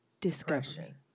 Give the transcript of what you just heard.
discussion